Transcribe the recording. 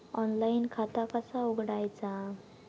Online खाता कसा उघडायचा?